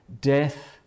Death